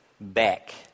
back